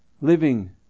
Living